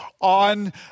on